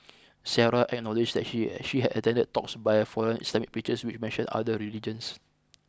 Sarah acknowledged that she she had attended talks by foreign Islamic preachers which mentioned other religions